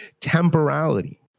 temporality